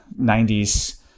90s